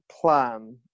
plan